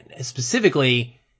specifically